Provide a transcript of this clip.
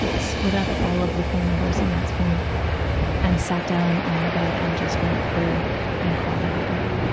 split up all of the phone numbers in matt's phone and sat down on our bed and just went through and called everybody.